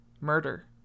murder